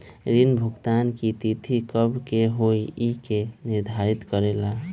ऋण भुगतान की तिथि कव के होई इ के निर्धारित करेला?